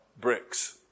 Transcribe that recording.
bricks